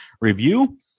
review